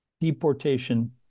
deportation